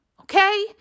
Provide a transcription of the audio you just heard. okay